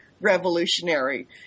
revolutionary